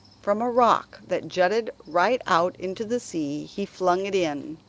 from a rock that jutted right out into the sea he flung it in.